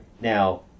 now